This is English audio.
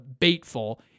baitful